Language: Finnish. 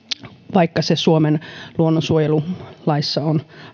vaikka se suomen luonnonsuojelulaissa on